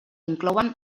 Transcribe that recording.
inclouen